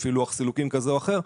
לפי לוח סילוקין כזה או אחר,